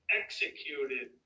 executed